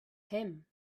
him